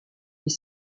est